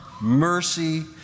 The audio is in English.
mercy